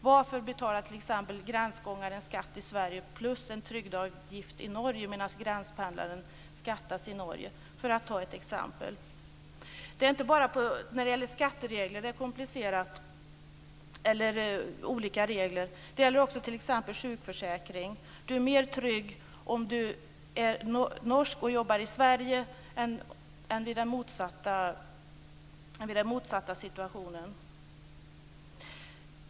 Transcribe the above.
Varför betalar t.ex. gränsgångaren skatt i Sverige plus en trygdeavgift i Norge medan gränspendlaren skattas i Norge? Det är inte bara på skatteområdet det är olika regler. Det gäller också t.ex. sjukförsäkring. Du är mer trygg om du är norsk och jobbar i Sverige än i den motsatta situationen.